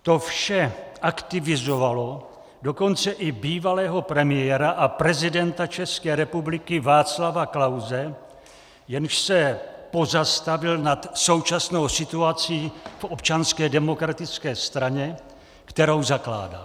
To vše aktivizovalo dokonce i bývalého premiéra a prezidenta České republiky Václava Klause, jenž se pozastavil nad současnou situací v Občanské demokratické straně, kterou zakládal.